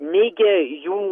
neigia jų